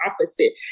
opposite